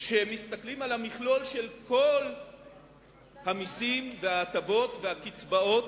כשמסתכלים על המכלול של המסים וההטבות והקצבאות,